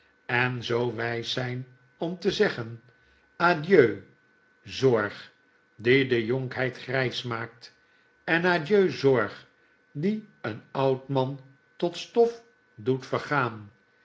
en zoo wys zijn om te zeggen adieu zorg die de jonkheid grijs maakt en adieu zorg die een oud man tot stof doet vergaan